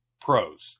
pros